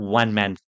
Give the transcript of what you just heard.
one-man